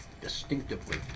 distinctively